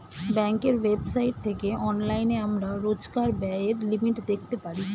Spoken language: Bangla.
ব্যাঙ্কের ওয়েবসাইট থেকে অনলাইনে আমরা রোজকার ব্যায়ের লিমিট দেখতে পারি